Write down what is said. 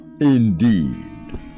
Indeed